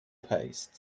paced